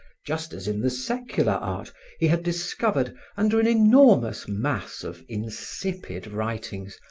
just as in the secular art he had discovered, under an enormous mass of insipid writings,